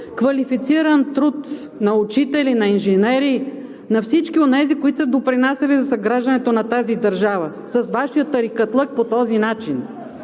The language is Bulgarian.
квалифициран труд на учители, на инженери, на всички онези, които са допринасяли за съграждането на тази държава, с Вашия тарикатлък по този начин.